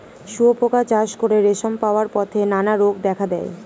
শুঁয়োপোকা চাষ করে রেশম পাওয়ার পথে নানা রোগ দেখা দেয়